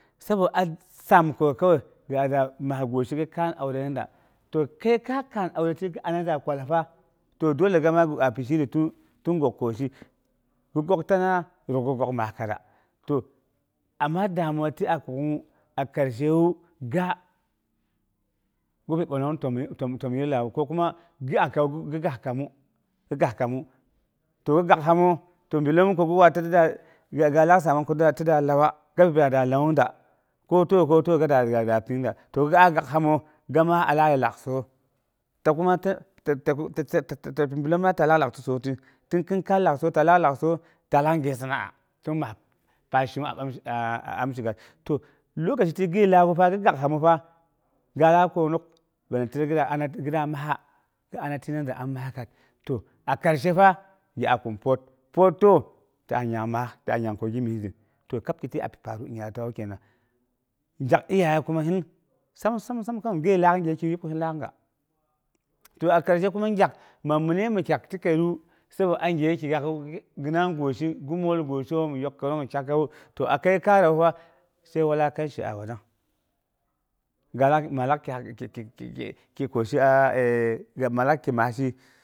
Sabo a saam ko kowai yada bakyəi guisi gi kaan aurena da, to kəi ka kaan aure ti gi ana da kwalfa ti, dole gama akin shiri tiwu ti guk koshi ni pyoktangngaak rabo bagghmadu, kaza to ama damuwa ti a, kuk'ungngu, a karshewu ga gi gaksamu ga bi bwallang təmyii lag'aiyu, to gi kagkaamu to miloomu ko gi lak waarta da lauwa gi bi pang da lauwongda ko tiwu ko tiwa gi bi pong da, to ga gauhamewu fɨmaa alak a lak soi, to gin bi lak lak soi taba gəusina ta shi mi amsigas, lokaci guyi laak'u fa gi kaksamu fa gi kak konok balatina gi yaar, a karshe fa gyaa kun paar taa nyong maas ta nyang kəi gi myes zin. To kab ti a bi faru an nyingja tawu kenan. Gyak iyaye kuma sin, sam sam sin kam giyi lak man gyekiwu sɨn ko silaak ga, a karshe kuma gyak ma minu mi takla kəiyu gyak njaye wu fa gi iman guisi gin yok gin faksinu fa to a karshe wu sai wulakansh a watrang min lale kye maas ki kosh laak.